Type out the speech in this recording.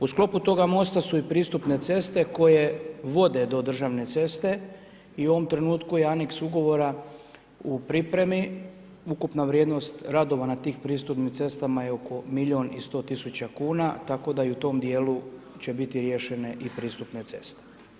U sklopu toga mosta su i pristupne ceste koje vode do državne ceste i u ovom trenutku je aneks ugovora u pripremi, ukupna vrijednost radova na tim pristupnim cestama je oko milijun i 100 tisuća kuna tako da i u tom dijelu će biti riješene i pristupne ceste.